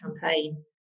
campaign